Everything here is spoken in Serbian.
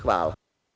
Hvala.